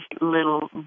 little